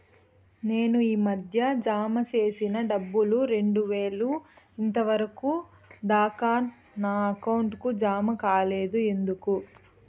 నేను ఈ మధ్య జామ సేసిన డబ్బులు రెండు వేలు ఇంతవరకు దాకా నా అకౌంట్ కు జామ కాలేదు ఎందుకు?